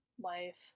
life